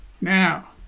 Now